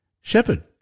shepherd